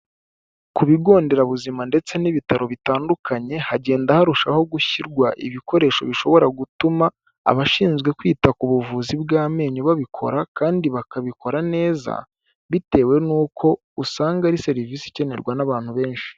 Ku bigo nderabuzima ndetse n'ibitaro bitandukanye, hagenda harushaho gushyirwa ibikoresho bishobora gutuma, abashinzwe kwita ku buvuzi bw'amenyo babikora, kandi bakabikora neza, bitewe n'uko usanga ari serivisi ikenerwa n'abantu benshi.